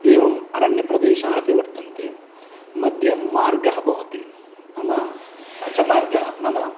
एवम् अरण्यप्रदेशाः अपि वर्तन्ते मध्ये मार्गः भवति नाम स च मार्गः नाम